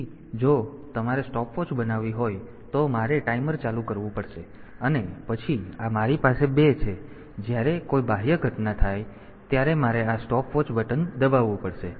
તેથી જો તમારે સ્ટોપવોચ બનાવવી હોય તો મારે ટાઈમર ચાલુ કરવું પડશે અને પછી આ મારી પાસે 2 છે જ્યારે કોઈ બાહ્ય ઘટના થાય ત્યારે મારે આ સ્ટોપવોચ બટન દબાવવું પડશે